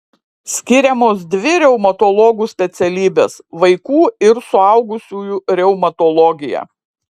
skiriamos dvi reumatologų specialybės vaikų ir suaugusiųjų reumatologija